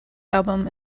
album